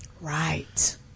Right